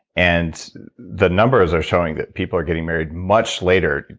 and the numbers are showing that people are getting married much later.